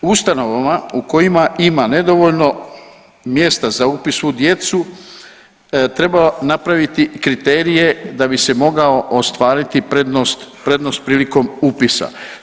U ustanovama u kojima ima nedovoljno mjesta za upis svu djecu treba napraviti kriterije da bi se mogao ostvariti prednost, prednost prilikom upisa.